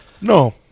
No